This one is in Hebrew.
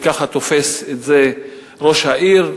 וכך תופס את זה ראש העיר.